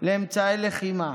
לאמצעי לחימה.